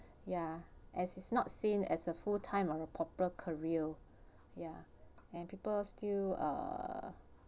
ya as it's not seen as a full time or a proper career ya and people still uh